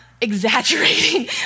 exaggerating